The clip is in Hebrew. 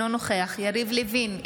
אינו נוכח יריב לוין,